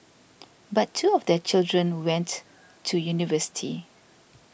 but two of their children went to university